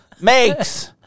makes